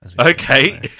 Okay